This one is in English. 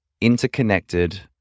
interconnected